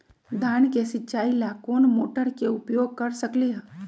धान के सिचाई ला कोंन मोटर के उपयोग कर सकली ह?